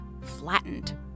flattened